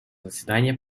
заседания